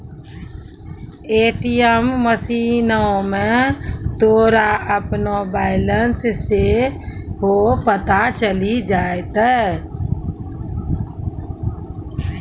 ATM मशीनो मे तोरा अपनो बैलेंस सेहो पता चलि जैतै